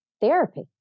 therapy